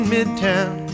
Midtown